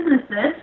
businesses